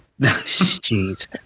Jeez